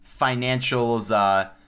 financials